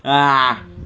ah